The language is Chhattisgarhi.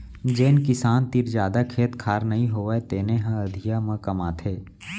जेन किसान तीर जादा खेत खार नइ होवय तेने ह अधिया म कमाथे